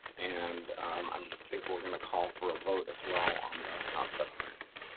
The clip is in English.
and i think we're going to call for a vote as well on the concept clearance.